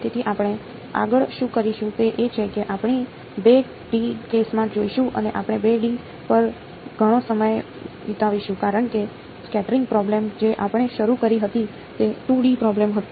તેથી આપણે આગળ શું કરીશું તે એ છે કે આપણે 2 ડી કેસમાં જઈશું અને આપણે 2 ડી પર ઘણો સમય વિતાવીશું કારણ કે સ્કેટરિંગ પ્રોબ્લેમ જે આપણે શરૂ કરી હતી તે 2 ડી પ્રોબ્લેમ હતી